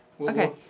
Okay